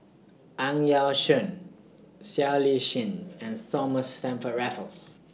Ang Yau Choon Siow Lee Chin and Thomas Stamford Raffles